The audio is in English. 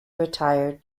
retired